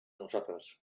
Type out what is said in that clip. nosaltres